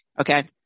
Okay